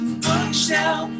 bookshelf